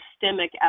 systemic